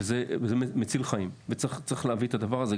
וזה מציל חיים וצריך להביא את הדבר הזה.